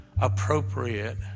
appropriate